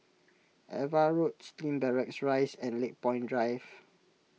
Ava Road Slim Barracks Rise and Lakepoint Drive